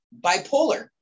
bipolar